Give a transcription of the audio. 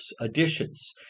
additions